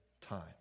time